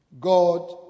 God